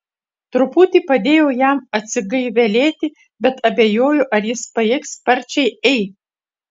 truputį padėjau jam atsigaivelėti bet abejoju ar jis pajėgs sparčiai ei